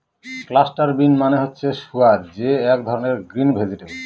cluster bean মানে হচ্ছে গুয়ার যে এক ধরনের গ্রিন ভেজিটেবল